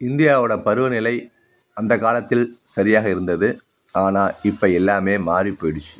இந்தியாவோட பருவநிலை அந்த காலத்தில் சரியாக இருந்தது ஆனால் இப்போ எல்லாமே மாறிப்போய்டிச்சு